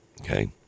Okay